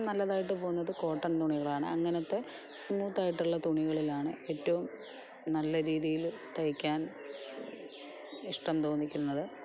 നല്ലതായിട്ട് പോവുന്നത് കോട്ടൻ തുണികളാണ് അങ്ങനത്തെ സ്മൂത്ത് ആയിട്ടുള്ള തുണികളിലാണ് ഏറ്റവും നല്ല രീതിയിൽ തയ്ക്കാൻ ഇഷ്ടം തോന്നിക്കുന്നത്